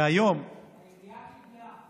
והיום, העירייה קיבלה.